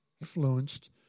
Influenced